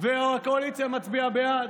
והקואליציה מצביעה בעד,